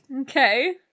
Okay